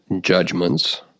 judgments